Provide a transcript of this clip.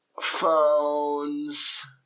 phones